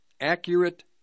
accurate